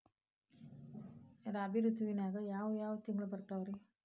ರಾಬಿ ಋತುವಿನಾಗ ಯಾವ್ ಯಾವ್ ತಿಂಗಳು ಬರ್ತಾವ್ ರೇ?